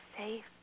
safe